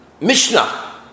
Mishnah